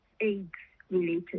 AIDS-related